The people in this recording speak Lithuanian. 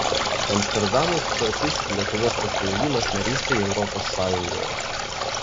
amsterdamo sutartis ir lietuvos pasirengimas narystei europos sąjungoje